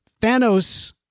Thanos